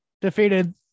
defeated